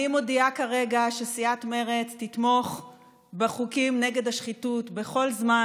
אני מודיעה כרגע שסיעת מרצ תתמוך בחוקים נגד השחיתות בכל זמן.